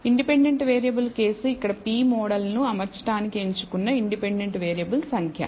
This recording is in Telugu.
ఇండిపెండెంట్ వేరియబుల్ కేసు ఇక్కడ p మోడల్ను అమర్చడానికి ఎంచుకున్న ఇండిపెండెంట్ వేరియబుల్ సంఖ్య